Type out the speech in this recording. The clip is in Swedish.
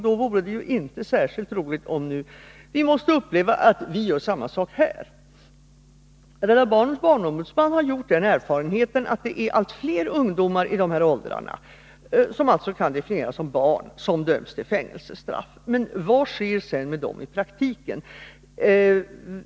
Då vore det inte särskilt roligt om vi måste uppleva att vi gör samma sak här. Rädda barnens barnombudsman har gjort den erfarenheten att allt fler ungdomar som är i de här åldrarna och som alltså kan definieras som barn döms till fängelsestraff. Vad sker sedan med dem i praktiken?